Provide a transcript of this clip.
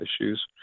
issues